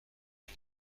des